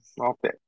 Okay